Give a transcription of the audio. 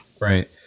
Right